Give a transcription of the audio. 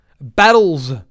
battles